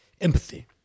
empathy